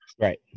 Right